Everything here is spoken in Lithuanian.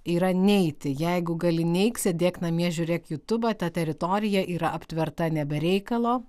yra neiti jeigu gali neik sėdėk namie žiūrėk jutubą ta teritorija yra aptverta ne be reikalo